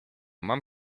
mam